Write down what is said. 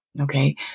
Okay